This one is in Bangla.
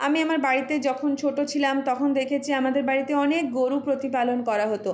আমি আমার বাড়িতে যখন ছোটো ছিলাম তখন দেখেছি আমাদের বাড়িতে অনেক গরু প্রতিপালন করা হতো